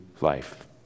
life